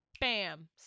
bam